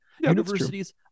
Universities